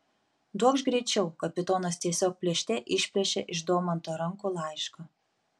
duokš greičiau kapitonas tiesiog plėšte išplėšė iš domanto rankų laišką